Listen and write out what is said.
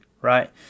right